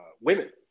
women